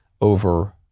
over